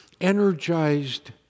energized